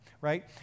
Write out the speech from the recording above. right